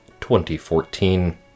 2014